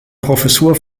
professur